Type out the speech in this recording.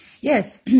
Yes